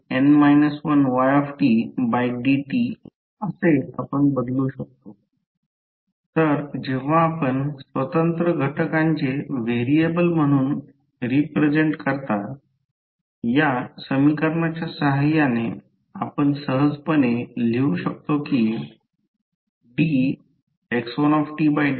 x1tyt x2tdydt xntdn 1ydt तर जेव्हा आपण स्वतंत्र घटकांचे व्हेरिएबल म्हणून रिप्रेझेंट करता या समीकरणाच्या साहाय्याने आपण सहजपणे लिहू शकतो की dx1dtx2t dx2dtx3t